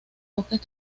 bosques